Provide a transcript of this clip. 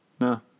No